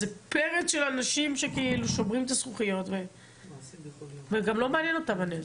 זה פרץ של אנשים ששוברים את הזכוכיות וגם לא מעניין אותם הנזק,